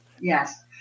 Yes